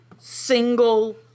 single